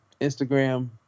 Instagram